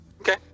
Okay